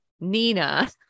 Nina